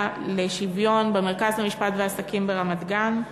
לשוויון במרכז למשפט ועסקים ברמת-גן,